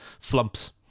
flumps